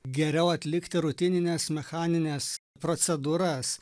geriau atlikti rutinines mechanines procedūras